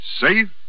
Safe